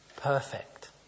perfect